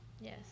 Yes